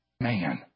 Man